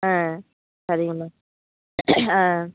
ஆ சரிங்கம்மா ஆ